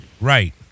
right